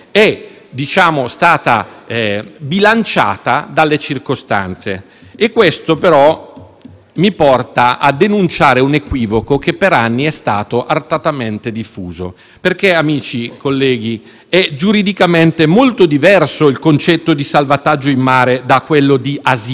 mi porta a denunciare un equivoco che per anni è stato artatamente diffuso, perché amici e colleghi, è giuridicamente molto diverso il concetto di salvataggio in mare da quello di asilo perenne nel nostro Paese, perpetuo e indiscriminato. Se io incontro un ferito per strada,